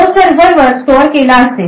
तो सर्व्हर वर स्टोअर केला असेल